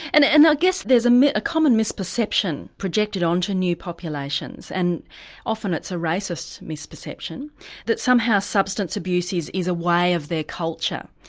and i and guess there's ah a common misperception projected on to new populations and often it's a racist misperception that somehow substance abuse is is a way of their culture.